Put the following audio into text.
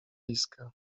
iskra